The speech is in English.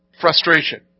Frustration